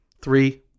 Three